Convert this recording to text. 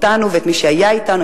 אותנו ואת מי שהיה אתנו,